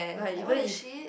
like even if